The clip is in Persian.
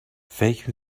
فکر